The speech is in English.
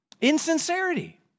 insincerity